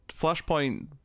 Flashpoint